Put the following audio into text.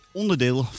onderdeel